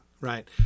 right